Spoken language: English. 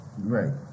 Right